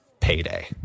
payday